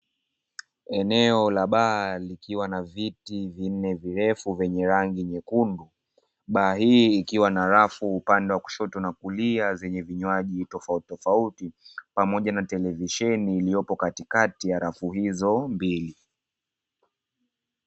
Eneo la baa likiwa na viti vinne virefu vyenye rangi nyekundu. Baa hii ikiwa na rafu upande wa kushoto na kulia zenye vinywaji tofautitofauti, pamoja na televisheni iliyopo katikati ya rafu hizo mbili.